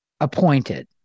appointed